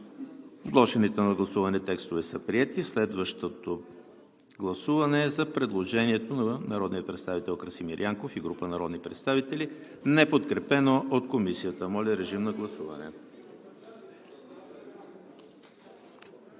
Подложените на гласуване текстове са приети. Следващото гласуване е за предложението на народния представител Красимир Янков и група народни представители, неподкрепено от Комисията. Гласували